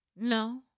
No